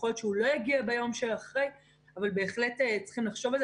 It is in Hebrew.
יכול להיות שהוא לא יגיע ביום שאחרי אבל בהחלט צריך לחשוב על זה